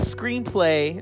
Screenplay